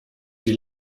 sie